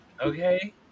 Okay